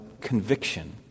conviction